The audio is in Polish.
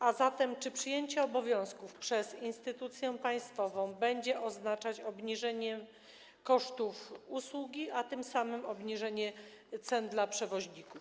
A zatem czy przejęcie obowiązków przez instytucję państwową będzie oznaczać obniżenie kosztów usługi, a tym samym obniżenie cen dla przewoźników?